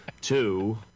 two